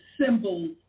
symbols